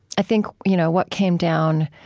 i think you know what came down,